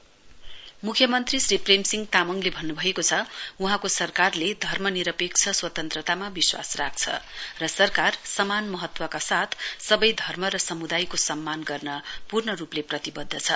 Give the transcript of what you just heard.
CM regional वैदिक सम्मेलन मुख्य मन्त्री श्री प्रेमसिंह तामङले भन्नुभएको छ वहाँको सरकारले धर्मनिरपेक्ष स्वतन्त्रतामा विश्वास राख्छ र सरकार समान महत्वका साथ सबै धर्म र समुदायको सम्मान गर्न पूर्ण रूपले प्रतिबद्ध छ